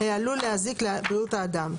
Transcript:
העלול להזיק לבריאות האדם: